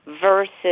versus